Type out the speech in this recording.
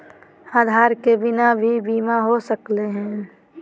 आधार के बिना भी बीमा हो सकले है?